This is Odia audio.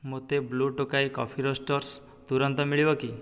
ମୋତେ ବ୍ଲୁ ଟୋକାଇ କଫି ରୋଷ୍ଟର୍ସ୍ ତୁରନ୍ତ ମିଳିବ କି